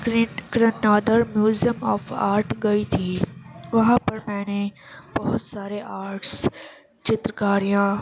museum of art گئی تھی وہاں پر میں نے بہت سارے آرٹس چترکاریاں